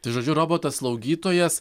tai žodžiu robotas slaugytojas